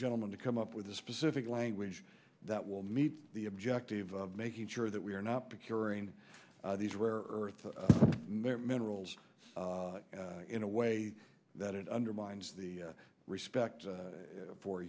gentlemen to come up with a specific language that will meet the objective of making sure that we are not curing these rare earth minerals in a way that it undermines the respect for